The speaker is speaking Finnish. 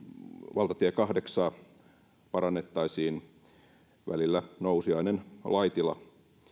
valtatie kahdeksaa parannettaisiin välillä nousiainen laitila